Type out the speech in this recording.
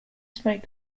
smoke